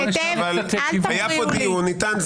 אל תפריעו לי.